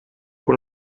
con